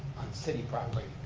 on city property.